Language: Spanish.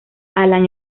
alan